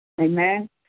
Amen